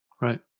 Right